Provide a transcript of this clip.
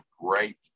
great